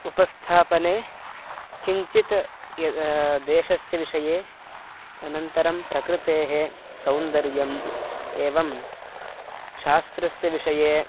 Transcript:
उपस्थापने किञ्चित् यद् देशस्य विषये अनन्तरं प्रकृतेः सौन्दर्यम् एवं शास्त्रस्य विषये